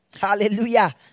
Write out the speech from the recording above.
Hallelujah